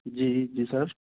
जी जी जी सर